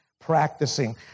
practicing